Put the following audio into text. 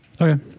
Okay